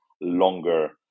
longer